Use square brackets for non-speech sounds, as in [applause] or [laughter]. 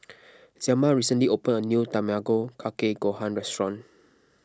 [noise] Zelma recently opened a new Tamago Kake Gohan restaurant